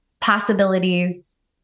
possibilities